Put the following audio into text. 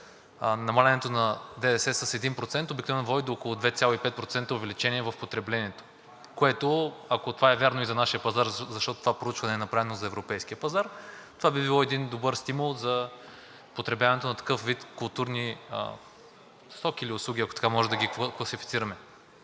намаляването на ДДС с 1% обикновено води до 2,5% увеличение в потреблението, което, ако това е вярно и за нашия пазар, защото това проучване е направено за европейския пазар, това би било един добър стимул за потребяването на такъв вид културни стоки или услуги, ако така можем да ги класифицираме.